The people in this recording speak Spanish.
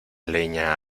leña